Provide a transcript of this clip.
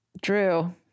Drew